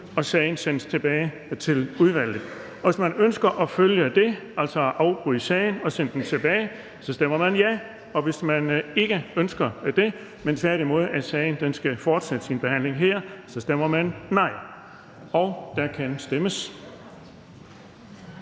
og sagen sendes tilbage til udvalget. Hvis man ønsker at følge det, altså afbryde sagen og sende den tilbage, så stemmer man ja, og hvis man ikke ønsker det, men tværtimod at sagen skal fortsætte sin behandling her, så stemmer man nej. Der kan stemmes.